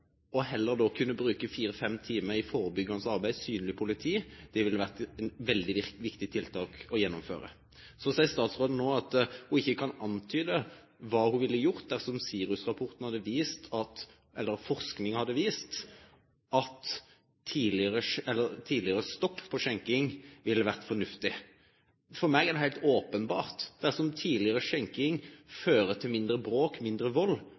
kunne bruke fire til fem timer på dagtid til forebyggende arbeid – synlig politi. Det ville vært et veldig viktig tiltak å gjennomføre. Så sier statsråden nå at hun ikke kan antyde hva hun vil gjøre dersom SIRUS-rapporten eller annen forskning viser at tidligere stopp av skjenking ville være fornuftig. For meg er det helt åpenbart at dersom tidligere stopp av skjenking fører til mindre bråk, mindre vold,